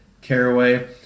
caraway